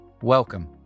Welcome